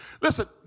Listen